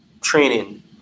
training